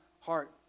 heart